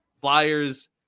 Flyers